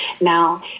Now